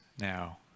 now